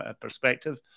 perspective